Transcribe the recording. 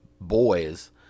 boys